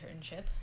internship